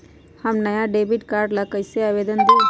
हम नया debit card ला कईसे आवेदन दिउ?